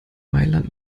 mailand